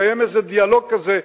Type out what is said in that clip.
כדי לקיים איזה דיאלוג כזה,